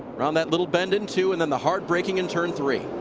on that little bend in two and and heart braking in turn three.